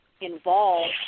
involved